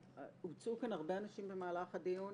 הוצאו כאן הרבה אנשים במהלך הדיון.